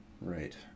Right